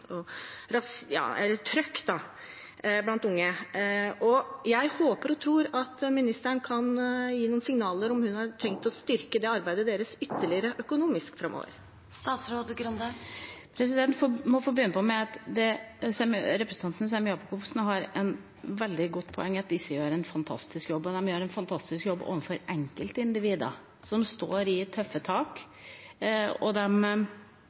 tror at ministeren kan gi noen signaler om hun har tenkt å styrke arbeidet deres ytterligere økonomisk framover. Jeg må begynne med at representanten Sem-Jacobsen har et veldig godt poeng i at disse gjør en fantastisk jobb, og de gjør en fantastisk jobb overfor enkeltindivider som har tøffe tak. Det er et stort behov for skolering på veldig mange områder – det er veldig mange som har lyst til å bli bedre på dette feltet, og